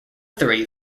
three